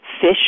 fish